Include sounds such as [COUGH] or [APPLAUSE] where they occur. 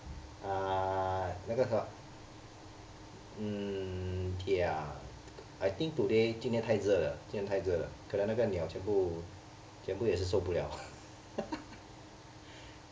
uh 那个什么 mm ya I think today 今天太热了今天太热了可能那个鸟全部全部也是受不了 [LAUGHS]